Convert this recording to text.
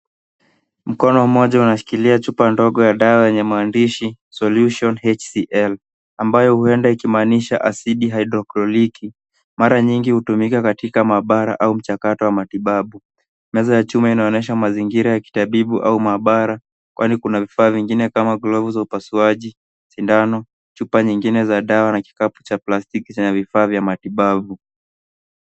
Mkono mmoja unashikilia chupa ya dawa yenye maandishi "solution HCL" ambayo huenda ikimaanisha asidi hydrokloriki. Mara nyingi hutumika katika maabara au mchakato wa matibabu. Meza ya chuma inaonyesha mazingira ya kitabibu au maabara kwani kuna vifaa vingine kama glovu za upasuaji, sindano, chupa nyingine za dawa na kikapu cha plastiki chenye vifaa vya matibabu.